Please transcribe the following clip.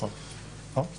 נכון.